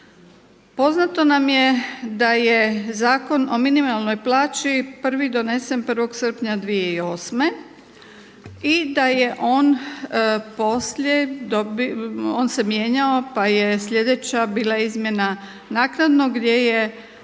Poznato nam je da je Zakon o minimalnoj plaći prvi donesen 1. srpnja 2008. i da je on poslije, on se mijenjao, pa je sljedeća bila izmjena naknadno gdje je